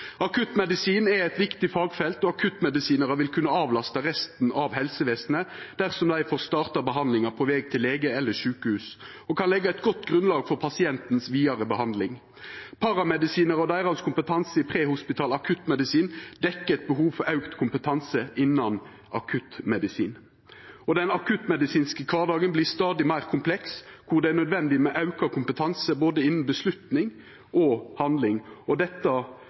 Akuttmedisin er eit viktig fagfelt, og akuttmedisinarar vil kunna avlasta resten av helsevesenet dersom dei får starta behandlinga på veg til lege eller sjukehus, og kan leggja eit godt grunnlag for den vidare behandlinga av pasienten. Paramedisinarar og kompetansen deira i prehospital akuttmedisin dekkjer eit behov for auka kompetanse innan akuttmedisin. Den akuttmedisinske kvardagen vert stadig meir kompleks, og det er nødvendig med auka kompetanse både innan avgjerder og handling, og dette